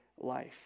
life